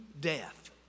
death